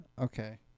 Okay